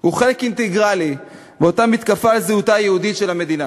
הוא חלק אינטגרלי מאותה מתקפה על זהותה היהודית של המדינה.